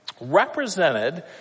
Represented